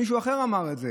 מישהו אחר אמר את זה: